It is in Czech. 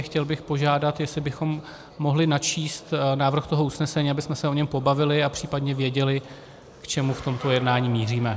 Chtěl bych požádat, jestli bychom mohli načíst návrh toho usnesení, abychom se o něm pobavili a případně věděli, k čemu v tomto jednání míříme.